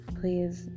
please